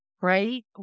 right